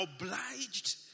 obliged